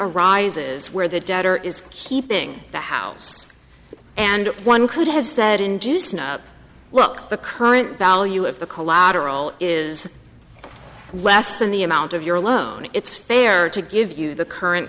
arises where the debtor is keeping the house and one could have said induced look the current value of the collateral is less than the amount of your loan it's fair to give you the current